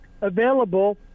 available